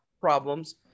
problems